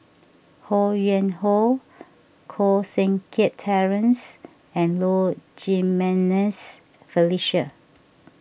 Ho Yuen Hoe Koh Seng Kiat Terence and Low Jimenez Felicia